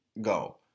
Go